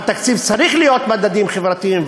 בתקציב צריכים להיות מדדים חברתיים,